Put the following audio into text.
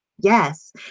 Yes